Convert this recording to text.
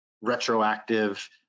retroactive